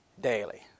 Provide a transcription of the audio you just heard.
daily